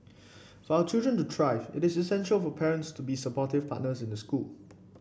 for our children to thrive it is essential for parents to be supportive partners in the school